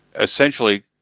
essentially